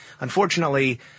Unfortunately